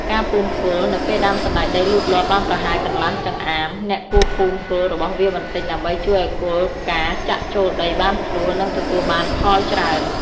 ការពូនគល់ នៅពេលដើមសណ្ដែកដីលូតលាស់បានប្រហែលកន្លះចម្អាម អ្នកគួរពូនគល់របស់វាបន្តិចដើម្បីជួយឱ្យគល់ផ្កាចាក់ចូលដីបានស្រួល និងទទួលបានផលច្រើន។